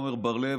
עמר בר לב,